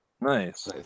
Nice